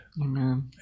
Amen